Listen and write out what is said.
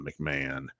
McMahon